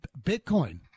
Bitcoin